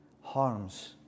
harms